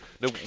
No